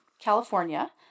California